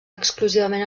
exclusivament